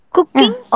Cooking